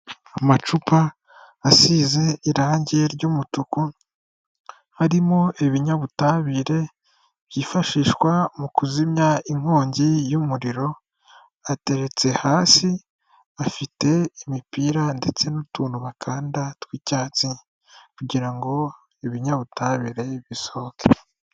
Amacupa asize irangi ry'umutuku, harimo ibinyabutabire byifashishwa mu kuzimya inkongi y'umuriro, ateretse hasi, afite imipira ndetse n'utuntu bakanda tw'icyatsi, kugirango ibinyabutabire bisohoke.